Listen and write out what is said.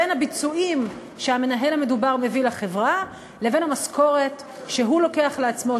בין הביצועים שהמנהל המדובר מביא לחברה לבין המשכורת שהוא לוקח לעצמו,